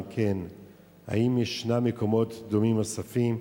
2. אם כן, האם ישנם מקומות דומים נוספים?